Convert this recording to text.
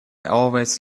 always